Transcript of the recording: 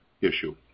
issue